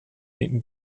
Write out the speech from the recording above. ihm